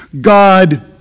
God